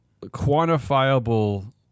quantifiable